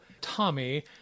Tommy